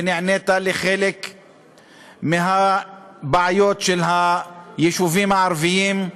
ונענית לחלק מהבעיות של היישובים הערביים,